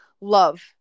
love